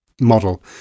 model